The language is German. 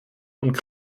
und